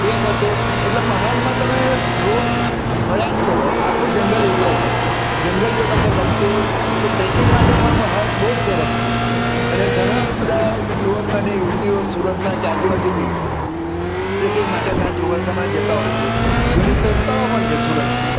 એ પતે એટલે મહાલમાં તમે રોડ ફર્યા જ કરો આખું જંગલ એરિયા છે જંગલ જો તમને ગમતું હોય તો ટ્રેકિંગ માટે પણ મહાલ બહુ જ સરસ છે અને ઘણાં બધા યુવક અને યુવતીઓ સુરતનાં કે આજુબાજુથી ટ્રેકિંગ માટે ત્યાં ચોમાસામાં જતાં હોય છે ઘણી સંસ્થાઓ પણ છે સુરતની